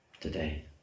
today